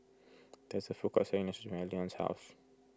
there is a food court selling Nachos behind Leonce's house